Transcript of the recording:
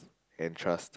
and trust